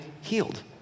healed